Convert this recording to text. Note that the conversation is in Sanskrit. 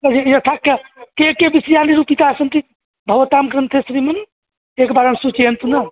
तर्हि यथा कः के के विषयाः निरूपिताः सन्ति भवतां ग्रन्थे श्रीमन् एकवारं सूचयन्तु न